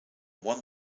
won